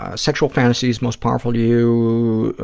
ah sexual fantasies most powerful to you,